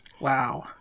Wow